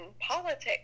politics